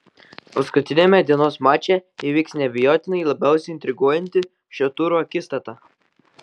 paskutiniame dienos mače įvyks neabejotinai labiausiai intriguojanti šio turo akistata